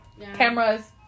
cameras